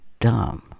dumb